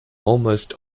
almost